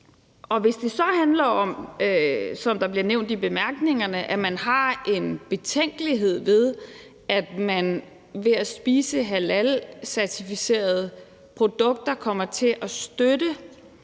Hvis det så handler om, som det bliver nævnt i bemærkningerne, at man har en betænkelighed ved, at man ved at spise halalcertificerede produkter kommer til at støtte